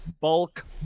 bulk